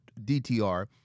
DTR